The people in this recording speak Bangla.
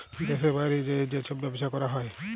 দ্যাশের বাইরে যাঁয়ে যে ছব ব্যবছা ক্যরা হ্যয়